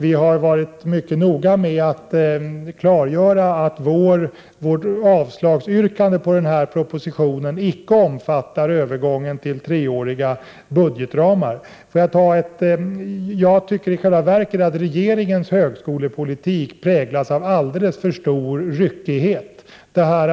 Vi har varit mycket noga med att klargöra att vårt avslagsyrkande beträffande propositionen icke omfattar övergången till treåriga budgetramar. I själva verket tycker jag att regeringens högskolepolitik präglas av alldeles för stor ryckighet.